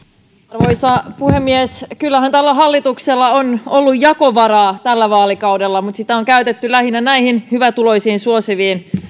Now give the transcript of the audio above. arvoisa puhemies kyllähän tällä hallituksella on ollut jakovaraa tällä vaalikaudella mutta sitä on käytetty lähinnä hyvätuloisia suosiviin